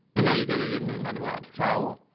and now you gotta give me another word towel.